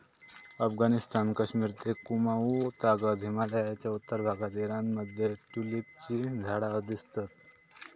अफगणिस्तान, कश्मिर ते कुँमाउ तागत हिमलयाच्या उत्तर भागात ईराण मध्ये ट्युलिपची झाडा दिसतत